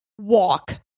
walk